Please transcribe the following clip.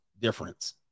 difference